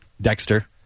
Dexter